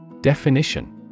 Definition